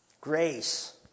Grace